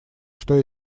что